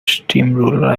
steamroller